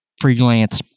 freelance